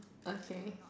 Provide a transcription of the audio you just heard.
okay